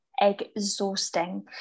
exhausting